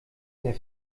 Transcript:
der